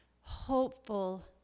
hopeful